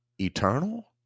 eternal